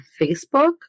Facebook